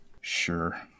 Sure